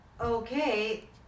okay